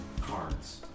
cards